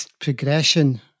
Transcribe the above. progression